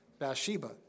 Bathsheba